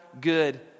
good